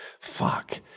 fuck